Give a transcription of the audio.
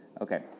Okay